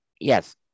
Yes